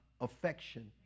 affection